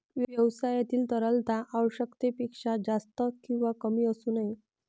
व्यवसायातील तरलता आवश्यकतेपेक्षा जास्त किंवा कमी असू नये